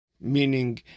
Meaning